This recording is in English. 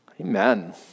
Amen